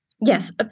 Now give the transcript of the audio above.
Yes